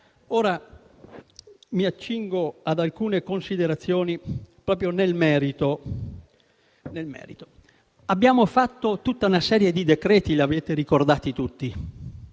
Mi accingo ora ad alcune considerazioni nel merito. Abbiamo fatto tutta una serie di decreti, che avete ricordato tutti.